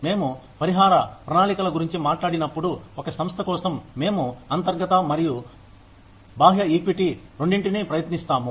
మేము పరిహార ప్రణాళికల గురించి మాట్లాడినప్పుడు ఒక సంస్థ కోసం మేము అంతర్గత మరియు బాహ్య ఈక్విటీ రెండింటిని ప్రయత్నిస్తాము